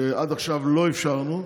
שעד עכשיו לא אפשרנו,